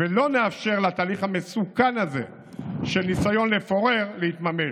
ולא נאפשר לתהליך המסוכן הזה של ניסיון לפורר להתממש.